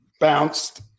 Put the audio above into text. bounced